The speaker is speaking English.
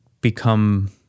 become